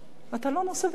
אתה לא נושא ונותן.